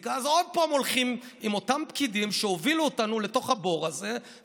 לסטטיסטיקה הולכים עוד פעם עם אותם פקידים שהובילו אותנו לתוך הבור הזה,